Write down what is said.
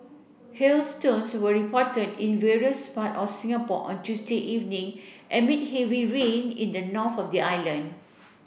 hailstones were reported in various part of Singapore on Tuesday evening amid heavy rain in the north of the island